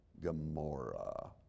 Gomorrah